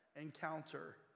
encounter